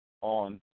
on